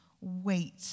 wait